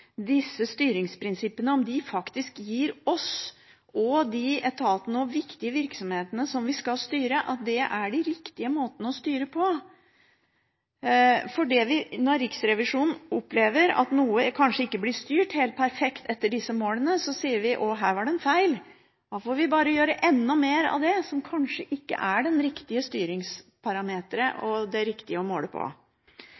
disse styringsprinsippene, om de faktisk gir oss og de etatene og de viktige virksomhetene som vi skal styre, de riktige måtene å styre på. Når Riksrevisjonen opplever at noe kanskje ikke blir styrt helt perfekt etter disse målene, sier vi: Å, her var det en feil, da får vi bare gjøre enda mer av det som kanskje ikke er den riktige